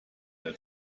der